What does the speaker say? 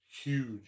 huge